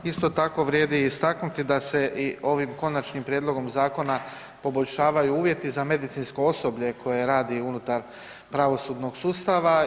Isto tako vrijedi istaknuti da se i ovim Konačnim prijedlogom zakona poboljšavaju uvjeti za medicinsko osoblje koje radi unutar pravosudnog sustava.